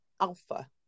alpha